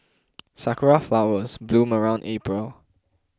sakura flowers bloom around April